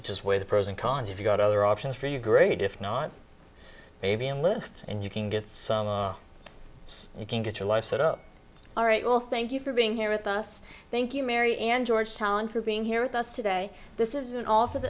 just weigh the pros and cons if you've got other options for you great if not maybe a list and you can get some you can get your life set up all right well thank you for being here with us thank you mary and georgetown for being here with us today this is an off